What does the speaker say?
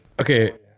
okay